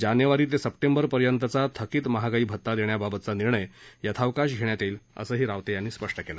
जानेवारी ते सप्टेंबर पर्यंतचा थकित महागाई भत्ता देण्याबाबतचा निर्णय यथावकाश घेण्यात येईल असंही रावते यांनी स्पष्ट केलं